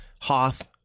Hoth